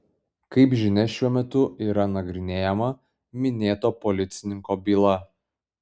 kaip žinia šiuo metu yra nagrinėjama minėto policininko byla